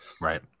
Right